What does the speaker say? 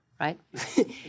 right